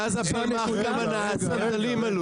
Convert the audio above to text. מאז הפלמ"ח ------ שום רגרסיה.